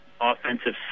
offensive